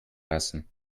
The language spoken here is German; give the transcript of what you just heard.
lassen